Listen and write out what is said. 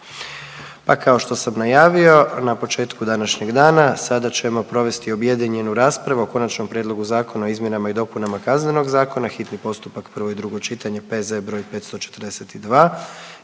Pa kao što sam najavio na početku današnjeg dana sada ćemo provesti objedinjenu raspravu o: - Konačnom prijedlogu zakona o izmjenama i dopunama Kaznenog zakona, hitni postupak, prvo i drugo čitanje, P.Z. br. 542